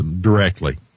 directly